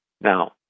Now